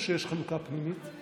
או שיש חלוקה פנימית?